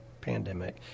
pandemic